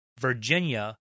Virginia